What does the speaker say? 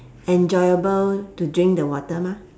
enjoyable to drink the water mah